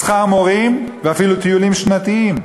משכר מורים ואפילו טיולים שנתיים.